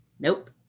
Nope